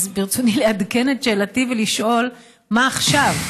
אז ברצוני לעדכן את שאלתי ולשאול: 1. מה עכשיו?